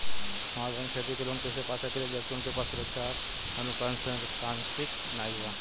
हमार बहिन खेती के लोन कईसे पा सकेली जबकि उनके पास सुरक्षा या अनुपरसांगिक नाई बा?